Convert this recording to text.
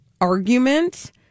argument